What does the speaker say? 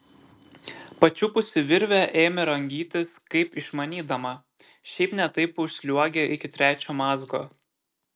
pačiupusi virvę ėmė rangytis kaip išmanydama šiaip ne taip užsliuogė iki trečio mazgo